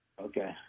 okay